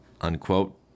unquote